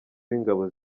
w’ingabo